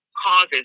causes